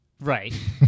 Right